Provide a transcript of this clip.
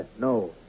no